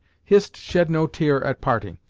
hist shed no tear at parting.